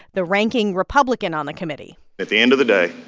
the ranking republican on the committee at the end of the day,